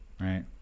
right